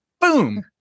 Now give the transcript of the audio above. Boom